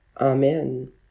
amen